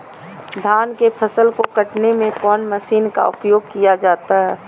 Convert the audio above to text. धान के फसल को कटने में कौन माशिन का उपयोग किया जाता है?